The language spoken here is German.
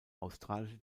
australische